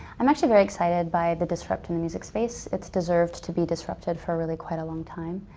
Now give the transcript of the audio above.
i'm actually very excited by the disrupt in the music space. it's deserved to be disrupted for really quite a long time.